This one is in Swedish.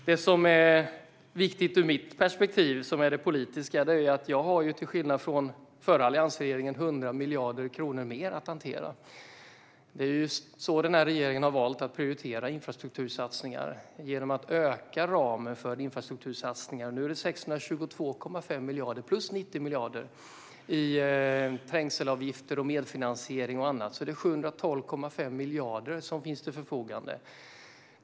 Det som är viktigt från mitt politiska perspektiv är att jag, till skillnad från förra alliansregeringen, har 100 miljarder mer att hantera. Den här regeringen har valt att prioritera infrastruktursatsningar genom att öka ramen för dessa satsningar. Nu är det 622,5 miljarder plus 90 miljarder i trängselavgifter, medfinansiering och annat. Totalt finns det 712,5 miljarder till förfogande.